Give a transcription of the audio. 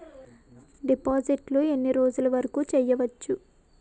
డిపాజిట్లు ఎన్ని రోజులు వరుకు చెయ్యవచ్చు?